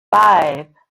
five